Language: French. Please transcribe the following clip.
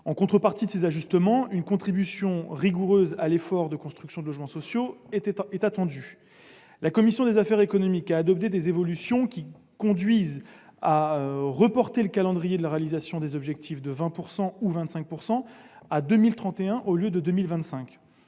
En contrepartie de ces ajustements, une contribution rigoureuse à l'effort de construction de logements sociaux est attendue. La commission des affaires économiques a adopté des évolutions qui conduisent à reporter la réalisation des objectifs de 20 % ou de 25